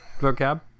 vocab